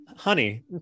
Honey